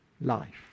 life